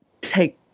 take